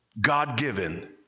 God-given